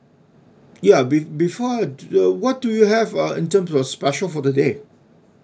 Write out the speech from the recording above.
ya be before uh what do you have uh in terms of your special for the day